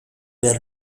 were